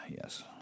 Yes